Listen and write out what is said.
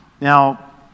Now